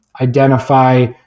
identify